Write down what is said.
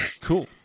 cool